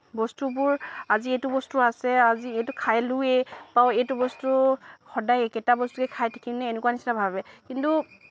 বস্তুবোৰ আজি এইটো বস্তু আছে আজি এইটো খালোৱেই বা এইটো বস্তু সদায় একেটা বস্তুৱেই খাই থাকিম নে এনেকুৱা ভাবে কিন্তু